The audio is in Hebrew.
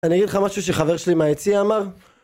אני אגיד לך משהו שחבר שלי מהיציע אמר